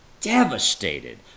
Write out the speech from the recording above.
devastated